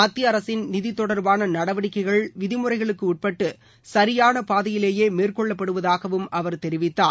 மத்தியஅரசின் நிதி தொடர்பான நடவடிக்கைகள் விதிமுறைகளுக்கு உட்பட்டு சரியான பாதையிலேயே மேற்கொள்ளப்படுவதாகவும் அவர் தெரிவித்தார்